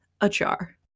ajar